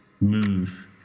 move